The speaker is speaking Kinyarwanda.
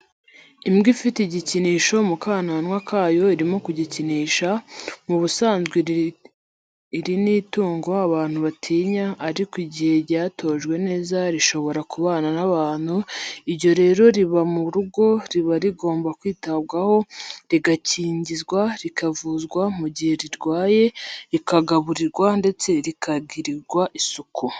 Imbwa ifite igikinisho mu kananwa kayo irimo kugikinisha , mu busanzwe iri ni itungo abantu batinya, ariko igihe ryatojwe neza rishobora kubana n'abantu iyo rero riba mu rugo riba rigomba kwitabwaho rigakingizwa rikavuzwa mu gihe rirwaye rikagaburirwa ndetse rikagirirwa isuku.